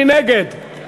מי